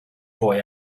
boy